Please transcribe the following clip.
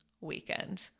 weekend